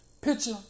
Picture